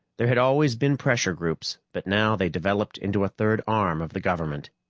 there had always been pressure groups, but now they developed into a third arm of the government.